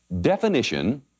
Definition